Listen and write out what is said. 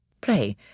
Pray